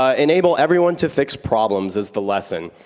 ah enable everyone to fix problems is the lesson.